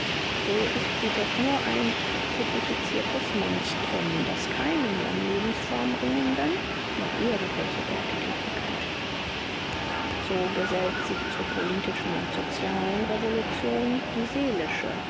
so ist sie doch nur ein petrifiziertes monstrum das keinem um lebensform ringenden noch irgendwelche werte geben kann so gesellt sich zur politischen und sozialen revolution die seelische